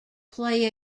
play